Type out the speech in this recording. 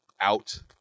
out